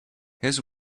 his